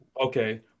Okay